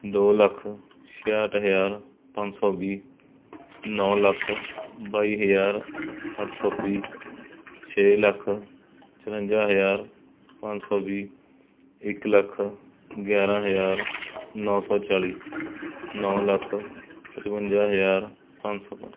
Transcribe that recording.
ਦੋ ਲੱਖ ਛਿਆਹਠ ਹਜ਼ਾਰ ਪੰਜ ਸੌ ਵੀਹ ਨੌ ਲੱਖ ਬਾਈ ਹਜ਼ਾਰ ਅੱਠ ਸੌ ਤੀਹ ਛੇ ਲੱਖ ਚੁਰੰਜਾ ਹਜ਼ਾਰ ਪੰਜ ਸੌ ਵੀਹ ਇੱਕ ਲੱਖ ਗਿਆਰਾਂ ਹਜ਼ਾਰ ਨੌ ਸੌ ਚਾਲੀ ਨੌ ਲੱਖ ਪਚਵੰਜਾ ਹਜ਼ਾਰ ਪੰਜ ਸੌ ਪੰਜ